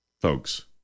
Folks